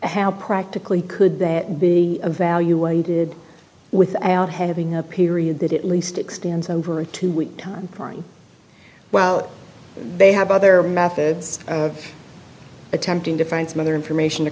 how practically could that be evaluated with out having a period that it least extends over a two week time crying well they have other methods of attempting to find some other information to